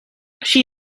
she